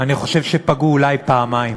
אני חושב שפגעו אולי פעמיים.